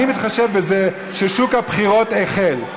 אני מתחשב בזה ששוק הבחירות החל.